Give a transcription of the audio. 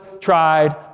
tried